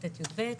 ט עד יב.